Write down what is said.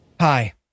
Hi